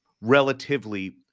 relatively